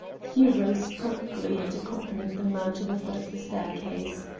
he rose promptly, and accompanied the man to the foot of the staircase.